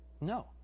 No